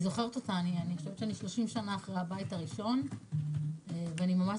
אני חושבת שאני 30 שנה אחרי הבית הראשון ואני ממש